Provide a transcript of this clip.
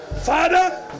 Father